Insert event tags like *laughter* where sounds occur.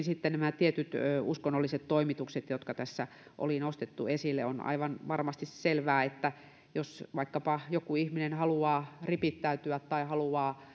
*unintelligible* sitten nämä tietyt uskonnolliset toimitukset jotka tässä oli myöskin nostettu esille on aivan varmasti selvää että jos vaikkapa joku ihminen haluaa ripittäytyä tai haluaa *unintelligible*